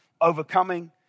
overcoming